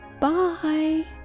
Bye